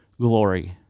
glory